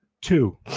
two